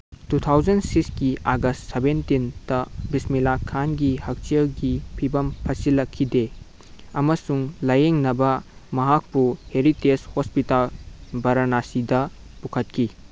two thousand ꯁꯤꯛꯁꯀꯤ August ꯁꯚꯦꯟꯇꯤꯟꯇ ꯕꯤꯁꯃꯤꯂꯥꯍ ꯈꯥꯟꯒꯤ ꯍꯛꯁꯦꯜꯒꯤ ꯐꯤꯕꯝ ꯐꯠꯆꯤꯜꯂꯛꯈꯤꯗꯦ ꯑꯃꯁꯨꯡ ꯂꯥꯌꯦꯡꯅꯕ ꯃꯍꯥꯛꯄꯨ ꯍꯦꯔꯤꯇꯦꯖ ꯍꯣꯁꯄꯤꯇꯥꯜ ꯚꯔꯥꯅꯥꯁꯤꯗ ꯄꯨꯈꯠꯈꯤ